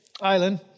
Island